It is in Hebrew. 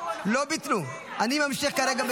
קיבלו --- חברת הכנסת עאידה תומא